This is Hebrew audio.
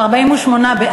חוק